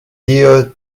dio